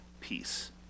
peace